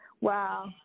wow